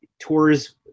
tours